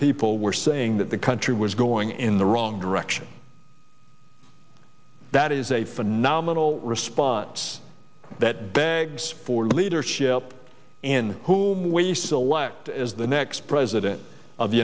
people were saying that the country was going in the wrong direction that is a phenomenal response that begs for leadership in whom we select as the next president of the